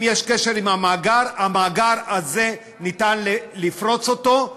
אם יש קשר למאגר, המאגר הזה, ניתן לפרוץ אותו.